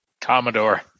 Commodore